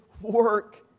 work